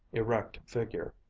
erect figure,